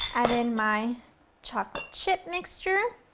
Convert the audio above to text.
add in my chocolate chip mixture,